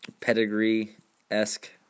pedigree-esque